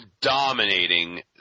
dominating